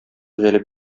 җәлеп